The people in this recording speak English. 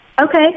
Okay